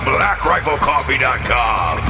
BlackRifleCoffee.com